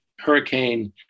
hurricane